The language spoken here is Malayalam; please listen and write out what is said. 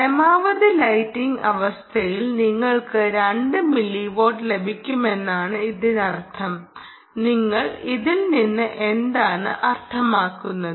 പരമാവധി ലൈറ്റിംഗ് അവസ്ഥയിൽ നിങ്ങൾക്ക് 2 മില്ലി വാട്ട് ലഭിക്കുമെന്നാണ് ഇതിനർത്ഥം നിങ്ങൾ ഇതിൽ നിന്ന് എന്താണ് അർത്ഥമാക്കുന്നത്